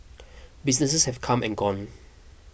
businesses have come and gone